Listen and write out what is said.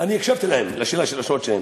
אני הקשבתי להם, לשאלות שלהם.